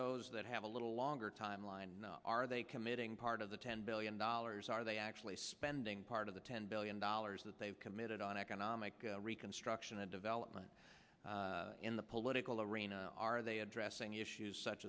those that have a little longer timeline are they committing part of the ten billion dollars are they actually spending part of the ten billion dollars that they've committed on economic reconstruction and development in the political arena are they addressing issues such